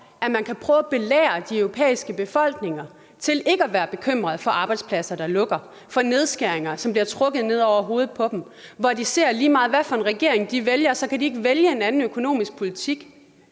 man kan prøve at belære de europæiske befolkninger om ikke at være bekymret for arbejdspladser, der lukker; for nedskæringer, som bliver trukket ned over hovedet på dem; og for, at de, lige meget hvad for en regering de vælger, ikke kan vælge en anden økonomisk politik.